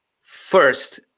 First